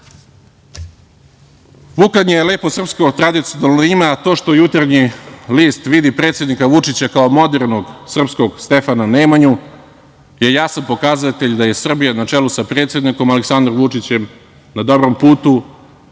je lepo srpsko tradicionalno ime, a to što „Jutarnji list“ vidi predsednika Vučića kao modernog srpskog Stefana Nemanju je jasan pokazatelj da je Srbija na čelu sa predsednikom Aleksandrom Vučićem na dobrom putu,